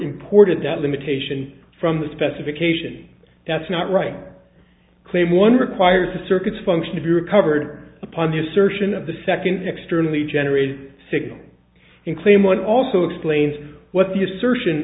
imported that limitation from the specification that's not right claim one requires the circuits function to be recovered upon the assertion of the second externally generated signal in claim one also explains what the assertion